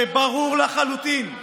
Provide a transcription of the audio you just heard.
שברור לחלוטין,